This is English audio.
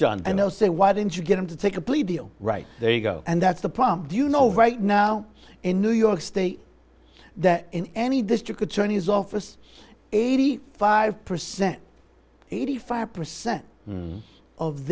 john and they'll say why didn't you get him to take a plea deal right there you go and that's the problem do you know right now in new york state that in any district attorney's office eighty five percent eighty five percent of